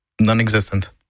non-existent